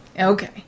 okay